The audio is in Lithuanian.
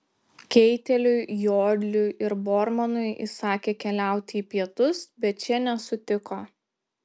keiteliui jodliui ir bormanui įsakė keliauti į pietus bet šie nesutiko